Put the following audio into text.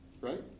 right